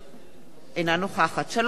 אינה נוכחת שלום שמחון,